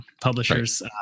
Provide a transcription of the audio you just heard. publishers